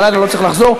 בלילה לא צריך לחזור.